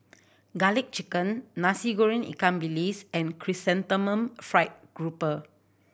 Garlic Chicken Nasi Goreng ikan bilis and Chrysanthemum Fried Grouper